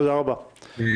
תודה רבה, אדוני.